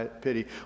pity